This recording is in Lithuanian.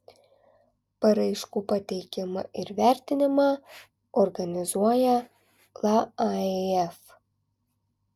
paraiškų pateikimą ir vertinimą organizuoja laaif